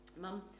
Mum